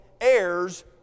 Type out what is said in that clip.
heirs